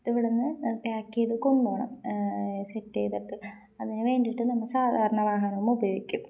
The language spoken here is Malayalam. ഇവിടുന്ന് പാക്ക് ചെയ്ത് കൊണ്ടണ്ട്ോണം സെറ്റ് ചെയ്തക്ക അതിന് വേണ്ടീട്ട് നമ്മ സാധാരണ വാഹനം ഉപയോഗിക്കും